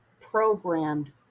programmed